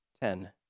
ten